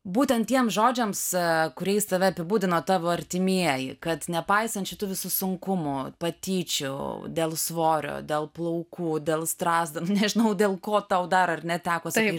būtent tiems žodžiams kuriais tave apibūdino tavo artimieji kad nepaisant šitų visų sunkumų patyčių dėl svorio dėl plaukų dėl strazdanų nežinau dėl ko tau dar ar ne teko sugrįžt